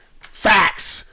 Facts